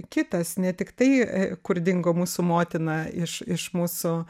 kitas ne tik tai kur dingo mūsų motina iš iš mūsų